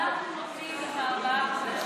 אנחנו נותנים ארבעה חודשים,